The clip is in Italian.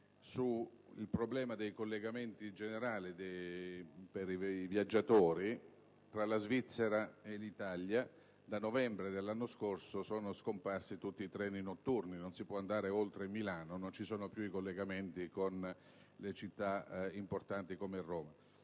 generale dei collegamenti per i viaggiatori tra la Svizzera e l'Italia. Da novembre dell'anno scorso sono scomparsi tutti i treni notturni: non si può andare oltre Milano e non ci sono più i collegamenti con città importanti come Roma.